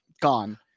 gone